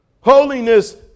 Holiness